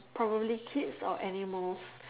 probably kids or animals